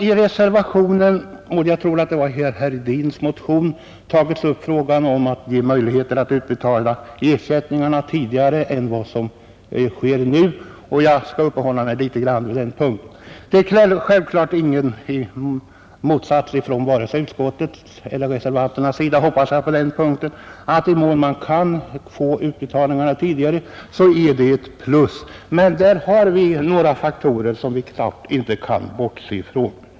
I reservationen vid denna punkt tas också upp frågan om möjligheterna att utbetala ersättningarna tidigare än nu, och jag skall något uppehålla mig vid den punkten. Det råder ingen motsättning mellan utskottsmajoriteten och reservanterna, hoppas jag, i fråga om att i den mån utbetalningarna kan göras tidigare är detta naturligtvis ett plus. Några faktorer kan vi emellertid inte bortse från.